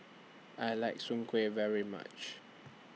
I like Soon Kueh very much